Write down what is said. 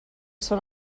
són